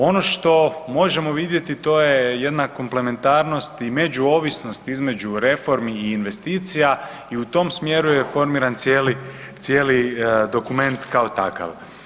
Ono što možemo vidjeti to je jedna komplementarnost i međuovisnost između reformi i investicija i u tom smjeru je formiran cijeli, cijeli dokument kao takav.